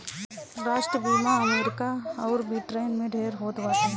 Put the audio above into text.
राष्ट्रीय बीमा अमरीका अउर ब्रिटेन में ढेर होत बाटे